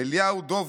אליהו דובקין,